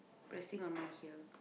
pressing on my here